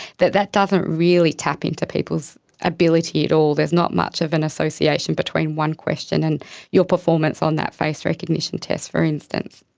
that that doesn't really tap into people's ability at all, there's not much of an association between one question and your performance on that face recognition test, for instance.